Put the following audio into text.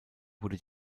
wurde